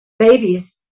babies